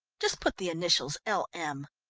just put the initials l m.